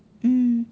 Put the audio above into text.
mm